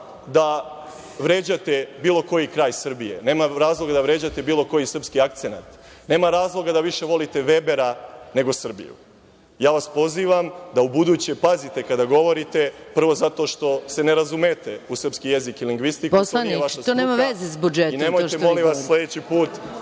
da vređate bilo koji kraj Srbije, nema razloga da vređate bilo koji srpski akcenat. Nema razloga da više volite Vebera nego Srbiju. Ja vas pozivam da ubuduće pazite kada govorite, prvo, zato što se ne razumete u srpski jezik i lingvistiku, to nije vaša struka. **Maja Gojković**